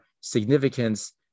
significance